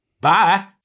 Bye